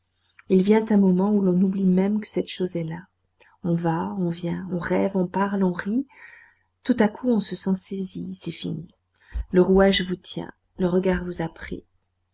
il vient un moment où l'on oublie même que cette chose est là on va on vient on rêve on parle on rit tout à coup on se sent saisi c'est fini le rouage vous tient le regard vous